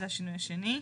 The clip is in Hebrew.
בעמוד 15,